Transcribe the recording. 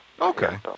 Okay